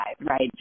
right